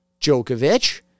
Djokovic